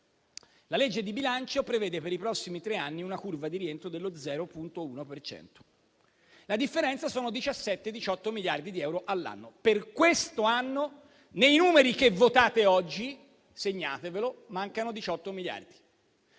La legge di bilancio prevede per i prossimi tre anni una curva di rientro dello 0,1 per cento. La differenza sono 17-18 miliardi di euro all'anno. Per quest'anno, nei numeri che votate oggi - segnatevelo - mancano 18 miliardi.